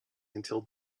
until